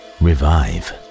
revive